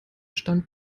stand